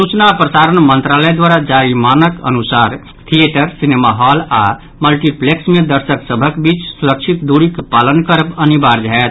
सूचना आ प्रसारण मंत्रालय द्वारा जारी मानक अनुसार थियेटर सिनेमा हॉल आओर मल्टीप्लेक्स मे दर्शक सभक बीच सुरक्षित दूरीक पालन करब अनिवार्य होयत